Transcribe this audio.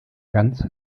ganz